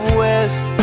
west